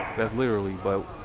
that's literally, but.